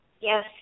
Yes